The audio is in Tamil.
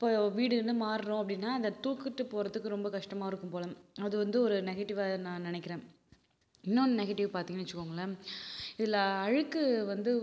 இப்போ வீடு இன்னும் மார்றோம் அப்படின்னா அந்த தூக்கிகிட்டு போகறதுக்கு ரொம்ப கஷ்டமாக இருக்கும் போல் அது வந்து ஒரு நெகட்டிவ்வாக நான் நினைக்குறேன் இன்னொன்னு நெகட்டிவ் பார்த்திங்கன்னு வச்சுக்கோங்களேன் இதில் அழுக்கு வந்து